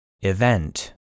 Event